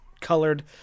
colored